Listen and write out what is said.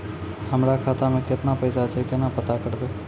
हमरा खाता मे केतना पैसा छै, केना पता करबै?